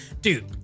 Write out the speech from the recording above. dude